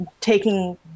taking